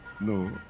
no